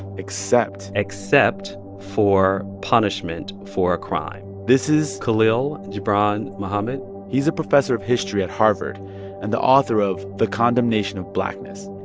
except. except for punishment for a crime this is. khalil gibran muhammad he's a professor of history at harvard and the author of the condemnation of blackness.